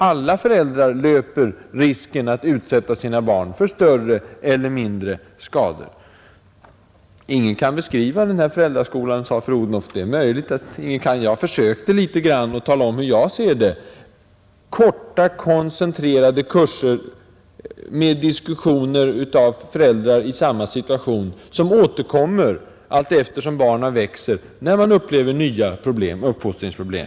Alla föräldrar löper risken att utsätta sina barn för större eller mindre skador. Ingen kan beskriva den här föräldraskolan, sade fru Odhnoff. Det är — Nr 51 möjligt. Jag försökte att i någon man tala Om bur jag vill ha den: korta Torsdagen den koncentrerade kurser — med diskussioner av föräldrar i samma situation — som återkommer allt eftersom barnen växer, när man upplever nya 25 mars 1971 = uppfostringsproblem.